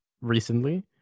recently